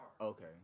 Okay